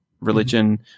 religion